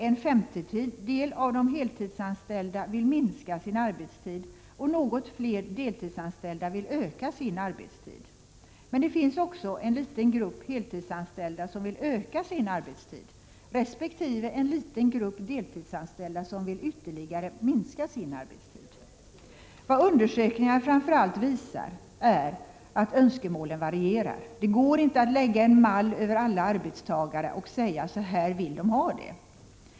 En femtedel av de heltidsanställda vill minska sin arbetstid, och något fler deltidsanställda vill öka sin arbetstid. Men det finns också en liten grupp heltidsanställda som vill öka sin arbetstid resp. en liten grupp deltidsanställda som vill ytterligare minska sin arbetstid. Vad undersökningarna framför allt visar är att önskemålen varierar. Det går inte att lägga en mall över alla arbetstagare och säga att så här vill de ha det.